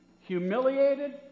humiliated